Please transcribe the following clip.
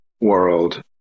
world